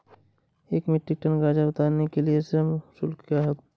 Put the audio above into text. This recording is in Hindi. एक मीट्रिक टन गाजर उतारने के लिए श्रम शुल्क क्या है?